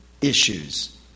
issues